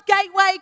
gateway